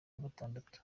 gatandatu